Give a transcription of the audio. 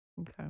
Okay